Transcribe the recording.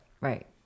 Right